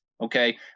okay